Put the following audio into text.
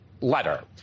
letter